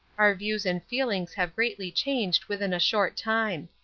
our views and feelings have greatly changed within a short time.